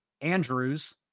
Andrews